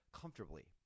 Comfortably